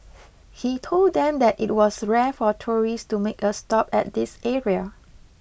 he told them that it was rare for tourists to make a stop at this area